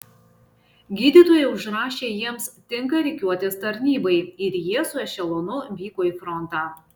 gydytojai užrašė jiems tinka rikiuotės tarnybai ir jie su ešelonu vyko į frontą